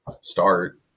start